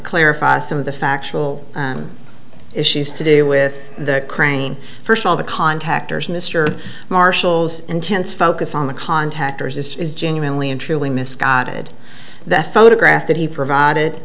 clarify some of the factual issues to do with that crane first of all the contactors mr marshall's intense focus on the contactors this is genuinely and truly misguided the photograph that he provided